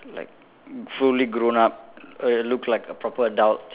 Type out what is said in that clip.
like fully grown up err look like a proper adult